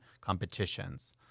competitions